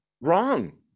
wrong